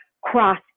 cross